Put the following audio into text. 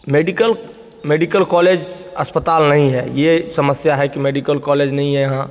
medical medical college अस्पताल नहीं है ये समस्या है कि मेडिकल कॉलेज नहीं है यहाँ